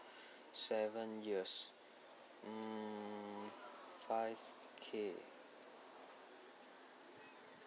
seven years hmm five K